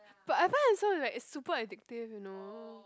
but I find that it's so like super addictive you know